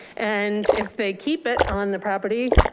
and if they keep it on the property,